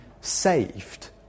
saved